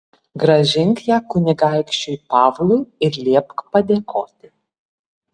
grąžink ją kunigaikščiui pavlui ir liepk padėkoti